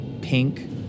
pink